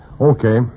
Okay